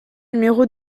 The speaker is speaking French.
numéro